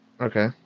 Okay